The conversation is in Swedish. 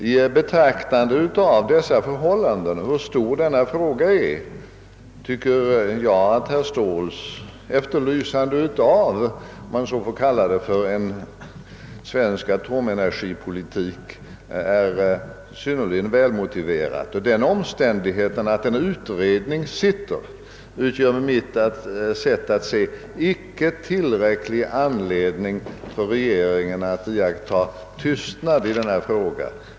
I betraktande av dessa förhållanden och med tanke på hur stor denna fråga är tycker jag att herr Ståhls efterlysande av — om jag så får kalla det — en svensk atomenergipolitik är synnerligen välmotiverat. Den omständigheten att en utredning sitter utgör enligt mitt sätt att se icke tillräcklig anledning för regeringen att iaktta tystnad i denna fråga.